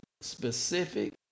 specific